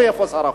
ואיפה שר החוץ?